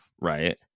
right